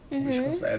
mmhmm